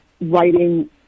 writing